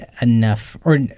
enough—or